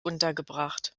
untergebracht